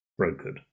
brokered